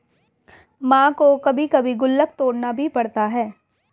मां को कभी कभी गुल्लक तोड़ना भी पड़ता है